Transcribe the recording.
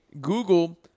Google –